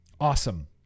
Awesome